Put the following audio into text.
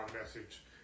message